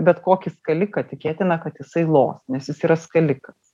bet kokį skaliką tikėtina kad jisai los nes jis yra skalikas